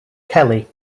kelly